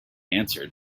answered